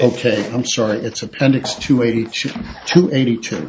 ok i'm sorry it's appendix two eighty two eighty two